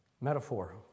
metaphor